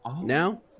now